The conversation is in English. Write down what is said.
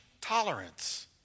tolerance